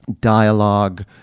dialogue